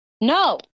No